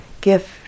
gift